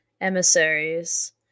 emissaries